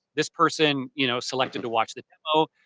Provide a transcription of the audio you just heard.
this person you know selected to watch the demo.